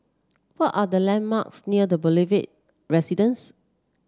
what are the landmarks near The Boulevard Residence